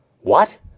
What